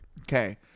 Okay